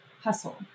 hustle